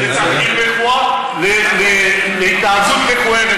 זה תרגיל מכוער להתנהגות מכוערת